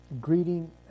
greeting